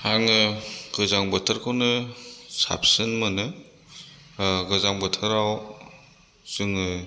आङो गोजां बोथोरखौनो साबसिन मोनो गोजां बोथोराव जोङो